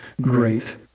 great